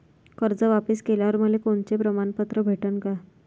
कर्ज वापिस केल्यावर मले कोनचे प्रमाणपत्र भेटन का?